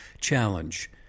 challenge